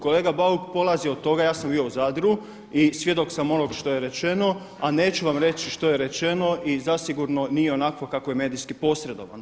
Kolega Bauk polazi od toga ja sam bio u Zadru i svjedok sam onog što je rečeno, a neću vam reći što je rečeno i zasigurno nije onako kako je medijski posredovano.